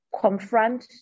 confront